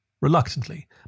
Reluctantly